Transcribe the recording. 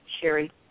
Sherry